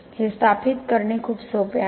हे स्थापित करणे खूप सोपे आहे